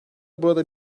burada